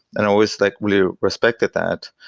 and always like really respected that.